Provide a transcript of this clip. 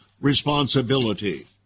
responsibility